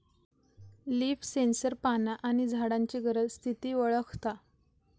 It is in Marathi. लिफ सेन्सर पाना आणि झाडांची गरज, स्थिती वळखता